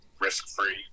risk-free